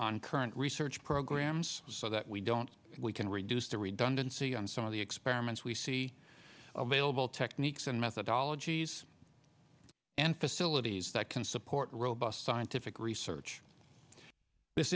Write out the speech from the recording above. on current research programs so that we don't we can reduce the redundancy on some of the experiments we see available techniques and methodologies and facilities that can support robust scientific research this